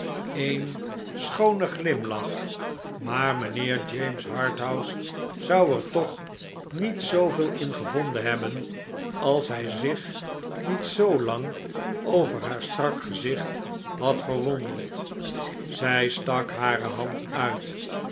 een schoone glimlach maar mijnheer james harthouse zou er toch niet zooveel in gevonden hebben als hij zich niet zoolang over haar strak gezicht had verwonderd zij stak hare hand uit